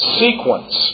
sequence